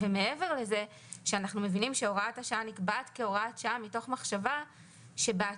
אנחנו מבינים שהוראת השעה נקבעת כהוראת שעה מתוך מחשבה שבעתיד,